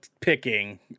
picking